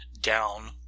down